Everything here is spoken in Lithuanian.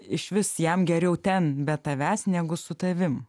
išvis jam geriau ten be tavęs negu su tavim